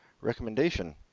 recommendation